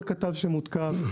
כל כתב שמותקף,